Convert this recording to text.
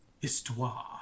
histoire